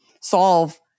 solve